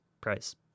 price